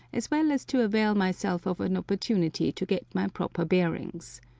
as well as to avail myself of an opportunity to get my proper bearings.